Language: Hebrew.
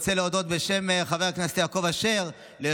בשם חבר הכנסת יעקב אשר אני רוצה להודות